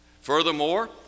Furthermore